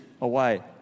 away